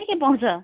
के के पाउँछ